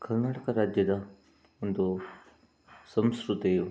ಕರ್ನಾಟಕ ರಾಜ್ಯದ ಒಂದು ಸಂಸ್ಕೃತಿಯು